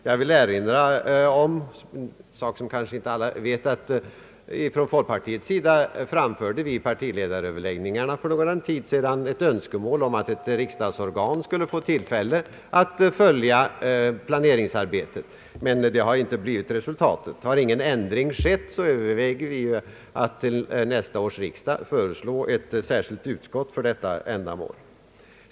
Jag vill erinra om något som kanske inte alla vet, nämligen att vi från folkpartiets sida vid partiledaröverläggningarna för någon tid sedan framförde ett önskemål om att ett riksdagsorgan skulle få tillfälle att följa planeringsarbetet. Men det har inte blivit resultatet. Har ingen ändring skett, överväger vi att till nästa års riksdag föreslå ett särskilt utskott för detta ändamål.